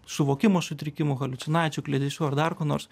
suvokimo sutrikimų haliucinacijų kliedesių ar dar ko nors